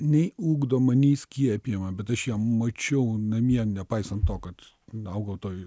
nei ugdoma nei skiepijama bet aš ją mačiau namie nepaisant to kad augo toj